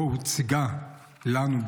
שבו הוצגה לנו,